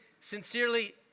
sincerely